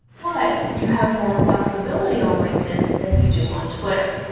but you have more flexibility on linkedin than you do on twitter,